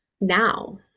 now